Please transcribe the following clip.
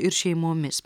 ir šeimomis